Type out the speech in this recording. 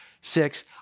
six